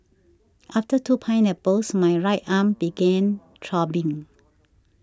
after two pineapples my right arm began throbbing